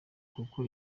kuko